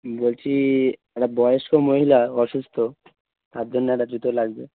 বলছি একটা বয়স্ক মহিলা অসুস্থ তার জন্যে একটা জুতো লাগবে